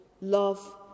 love